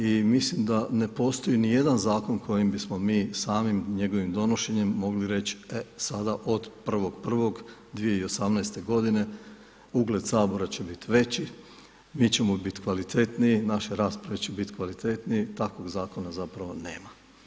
I mislim da ne postoji ni jedan zakon kojim bismo mi samim njegovim donošenjem mogli reći e sada od 1. 1. 2018. godine ugled Sabora će biti veći, mi ćemo biti kvalitetniji, naše rasprave će biti kvalitetnije, takvog zakona zapravo nema.